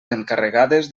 encarregades